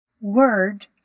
word